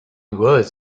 was